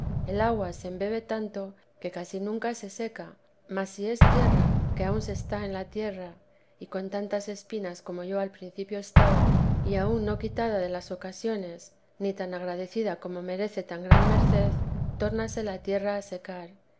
el agua se embebe tanto que casi nunca se seca mas si es tierra que aun se está en la tierra y con tantas espinas como yo al principio estaba y aun no quitada de las ocasiones ni tan agradecida como merece tan gran merced tórnase la tierra a secar